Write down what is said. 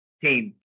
team